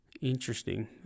interesting